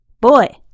Boy